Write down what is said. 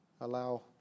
allow